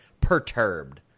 perturbed